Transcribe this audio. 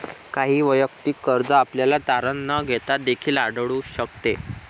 काही वैयक्तिक कर्ज आपल्याला तारण न घेता देखील आढळून शकते